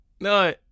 no